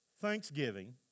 thanksgiving